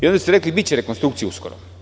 Onda ste rekli biće rekonstrukcija uskoro.